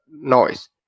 noise